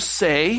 say